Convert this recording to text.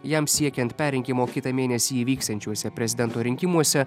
jam siekiant perrinkimo kitą mėnesį įvyksiančiuose prezidento rinkimuose